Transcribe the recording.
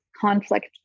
conflict